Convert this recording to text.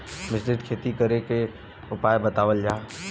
मिश्रित खेती करे क उपाय बतावल जा?